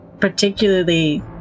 particularly